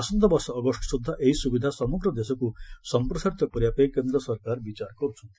ଆସନ୍ତା ବର୍ଷ ଅଗଷ୍ଟ ସ୍ରଦ୍ଧା ଏହି ସ୍ରବିଧା ସମଗ୍ର ଦେଶକୁ ସମ୍ପ୍ରସାରିତ କରିବାପାଇଁ କେନ୍ଦ୍ର ସରକାର ବିଚାର କର୍ତ୍ଛନ୍ତି